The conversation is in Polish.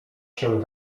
się